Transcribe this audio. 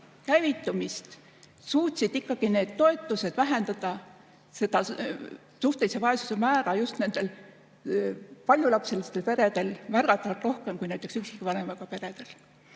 käivitumist suutsid need toetused vähendada suhtelise vaesuse määra just nendel paljulapselistel peredel märgatavalt rohkem kui näiteks üksikvanemaga peredel.